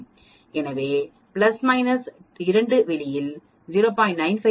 எனவே plus minus 2 வெளியில் 0